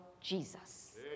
Jesus